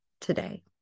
today